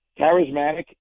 charismatic